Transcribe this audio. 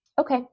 Okay